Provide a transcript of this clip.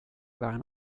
waren